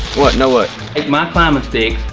what? no what. take my climbing sticks,